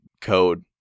code